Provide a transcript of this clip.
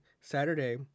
Saturday